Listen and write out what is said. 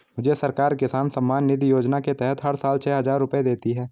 मुझे सरकार किसान सम्मान निधि योजना के तहत हर साल छह हज़ार रुपए देती है